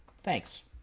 thanks.